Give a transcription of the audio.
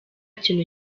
kintu